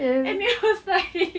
and it was like